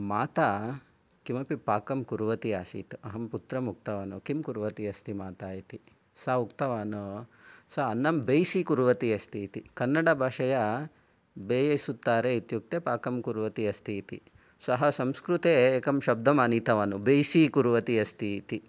माता किमपि पाकं कुर्वति आसीत् अहं पुत्रम् उक्तवान् किं कुर्वति अस्ति माता इति सः उक्तवान् सा अन्नं बैसी कुर्वति अस्ति इति कन्नडा भाषया बैसूत्तारे इत्युक्ते पाकम् कुर्वति अस्ति इति सः संस्कृते एकं शब्दम् आनीतवान् बैसी कुर्वति अस्ति इति